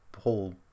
whole